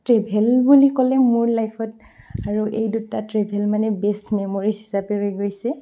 travel বুলি ক'লে মোৰ লাইফত আৰু এই দুটা ট্ৰেভেল মানে বেষ্ট মেম'ৰিজ হিচাপে ৰৈ গৈছে